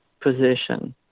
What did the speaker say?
position